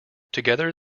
together